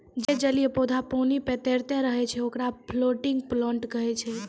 जे जलीय पौधा पानी पे तैरतें रहै छै, ओकरा फ्लोटिंग प्लांट कहै छै